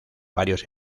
varios